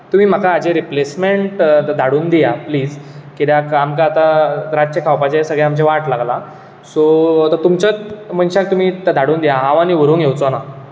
तुमी म्हाका हाजे रिप्लेसमेंट धाडून दियात प्लिज कित्याक आमकां आतां रातचे खावपाचें सगळें आमचें वाट लागलां सो आतां तुमचोच मनशाक तुमी धाडून दियात हांव आनीक व्हरुंक येवचोना